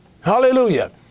hallelujah